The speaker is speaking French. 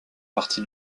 partie